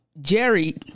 Jerry